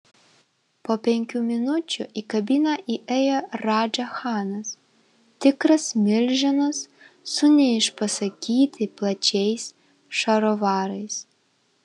po penkių minučių į kabiną įėjo radža chanas tikras milžinas su neišpasakytai plačiais šarovarais